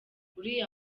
uriya